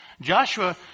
Joshua